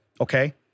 Okay